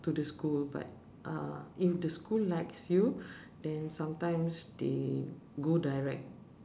to the school but uh if the school likes you then sometimes they go direct